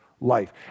life